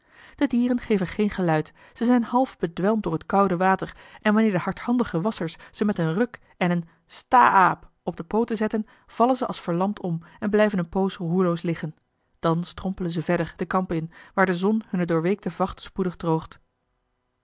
de dieren geven geen geluid ze zijn half bedwelmd door het koude water en wanneer de hardhandige wasschers ze met een ruk en een sta aap op de pooten zetten vallen ze als verlamd om en blijven een poos roerloos liggen dan strompelen ze verder den kamp in waar de zon hunne doorweekte vacht spoedig droogt